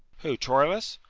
who, troilus?